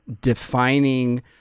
defining